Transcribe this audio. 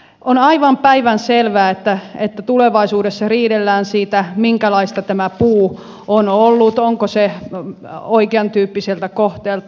on aivan päivänselvää että tulevaisuudessa riidellään siitä minkälaista tämä puu on ollut onko se oikeantyyppiseltä kohteelta